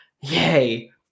Yay